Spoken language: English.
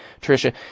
Tricia